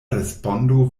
respondo